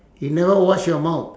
you never wash your mouth